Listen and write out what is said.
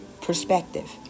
perspective